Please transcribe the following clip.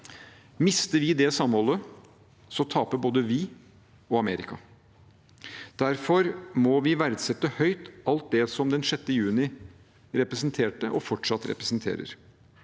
Mister vi det samholdet, taper både vi og Amerika. Derfor må vi verdsette høyt alt det som den 6. juni representerte og fortsatt representerer.